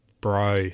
bro